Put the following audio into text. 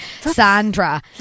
Sandra